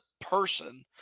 person